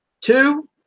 two